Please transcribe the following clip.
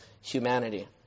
humanity